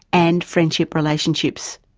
and friendship relationships.